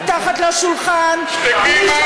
מתחת לשולחן שתקי,